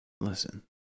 Listen